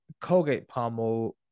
Colgate-Palmolive